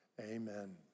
Amen